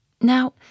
Now